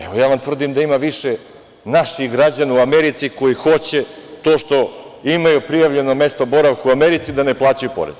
Evo, ja vam tvrdim da ima više naših građana u Americi koji hoće to što imaju prijavljeno mesto boravka u Americi da ne plaćaju porez.